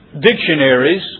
dictionaries